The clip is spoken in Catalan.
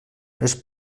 les